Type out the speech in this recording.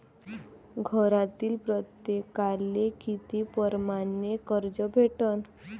घरातील प्रत्येकाले किती परमाने कर्ज भेटन?